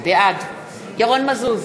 בעד ירון מזוז,